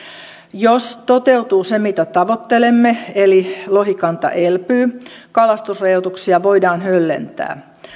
jos toteutuu se mitä tavoittelemme eli lohikanta elpyy kalastusrajoituksia voidaan höllentää